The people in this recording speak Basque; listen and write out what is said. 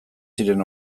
ziren